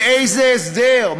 לאיזה הסדר?